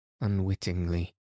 unwittingly